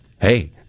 hey